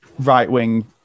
right-wing